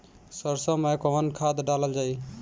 सरसो मैं कवन खाद डालल जाई?